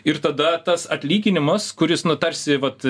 ir tada tas atlyginimas kuris nu tarsi vat